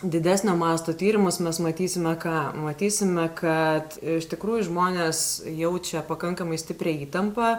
didesnio masto tyrimus mes matysime ką matysime kad iš tikrųjų žmonės jaučia pakankamai stiprią įtampą